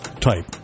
type